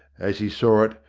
as he saw it,